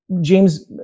James